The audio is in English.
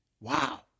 Wow